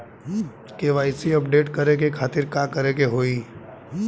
KYC update करे के खातिर का करे के होई?